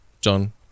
John